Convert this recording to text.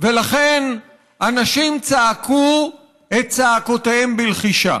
ולכן אנשים צעקו את צעקותיהם בלחישה.